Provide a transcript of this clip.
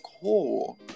cool